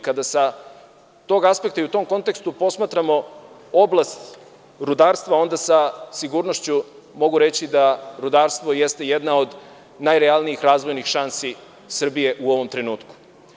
Kada sa tog aspekta i u tom kontekstu posmatramo oblast rudarstva, onda sa sigurnošću mogu reći da rudarstvo jeste jedna od najrealnijih razvojnih šansi Srbije u ovom trenutku.